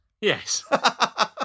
Yes